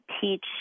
teach